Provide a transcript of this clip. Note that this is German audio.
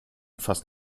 fast